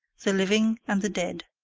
the living and the dead.